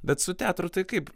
bet su teatru tai kaip